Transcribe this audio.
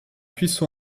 cuisson